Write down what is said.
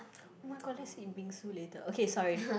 oh-my-god let's eat bingsu later okay sorry